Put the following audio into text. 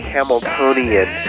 Hamiltonian